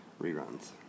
reruns